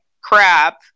crap